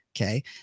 okay